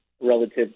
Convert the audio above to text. relative